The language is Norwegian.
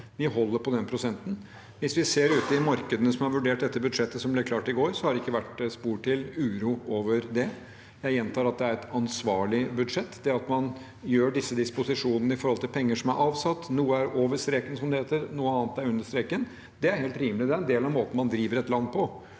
Vi holder på den prosenten. Hvis vi ser ute i markedene som har vurdert dette budsjettet som ble klart i går, har det ikke vært spor til uro over det. Jeg gjentar at det er et ansvarlig budsjett. Det at man gjør disse disposisjonene når det gjelder penger som er avsatt – noe er over streken, som det heter, noe annet er under streken – er helt rimelig. Det er en del av måten man driver et land på.